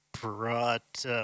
brought